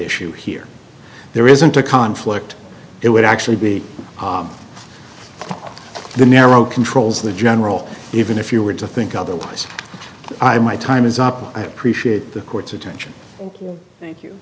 issue here there isn't a conflict it would actually be the narrow controls the general even if you were to think otherwise i my time is up i appreciate the court's attention thank